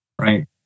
right